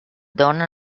dona